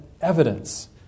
evidence